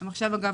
אגב,